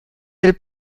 del